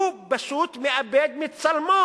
הוא פשוט מאבד מצלמו